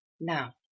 Now